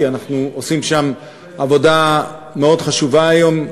כי אנחנו עושים שם עבודה מאוד חשובה היום,